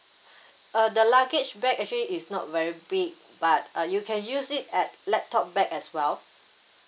uh the luggage bag actually is not very big but uh you can use it as laptop back as welll